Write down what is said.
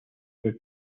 were